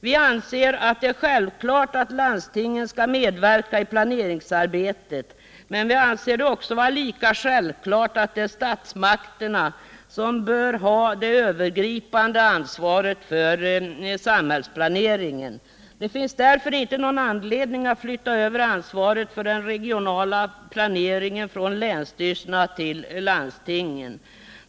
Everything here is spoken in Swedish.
Vi anser att det är självklart att landstingen skall medverka i planeringsarbetet, men vi tycker också att det är lika självklart att det är statsmakterna som bör ha det övergripande ansvaret för samhällsplaneringen. Det finns därför inte någon anledning att Nytta över ansvaret för den regionala planeringen från länsstyrelserna till landstingen.